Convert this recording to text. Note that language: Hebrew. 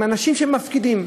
מאנשים שמפקידים.